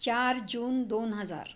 चार जून दोन हजार